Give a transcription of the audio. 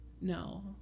No